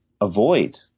avoid